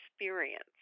experience